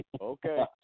Okay